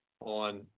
on